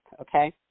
okay